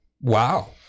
Wow